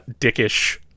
dickish